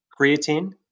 creatine